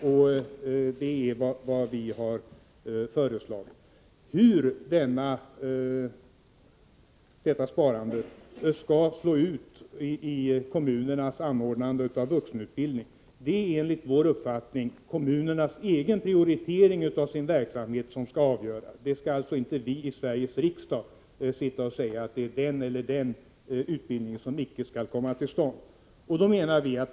Och det är vad vi har föreslagit. Vilka effekter detta sparande skall få i kommunernas anordnande av vuxenutbildning skall enligt vår uppfattning avgöras av kommunernas egen prioritering av sin verksamhet. Vi i Sveriges riksdag skall alltså inte säga att det är den eller den utbildningen som inte skall komma till stånd.